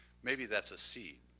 maybe that's a seed,